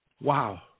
Wow